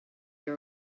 you